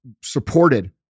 supported